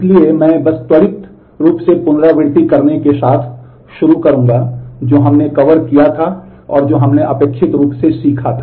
इसलिए मैं बस एक त्वरित पुनरावृत्ति करने के साथ शुरू करूँगा जो हमने कवर किया था और जो हमने अपेक्षित रूप से सीखा था